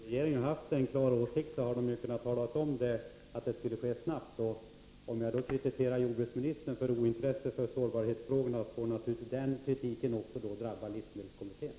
Herr talman! Om regeringen hade haft en klar åsikt kunde den ju ha talat om att detta arbete skulle ske snabbt. Om jag kritiserar jordbruksministern för ointresse för sårbarhetsfrågorna, får den kritiken naturligtvis också drabba livsmedelskommittén.